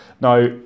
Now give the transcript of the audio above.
Now